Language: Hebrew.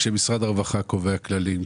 כשמשרד הרווחה קובע כללים,